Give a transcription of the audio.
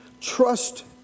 Trust